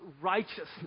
righteousness